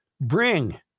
bring